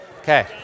Okay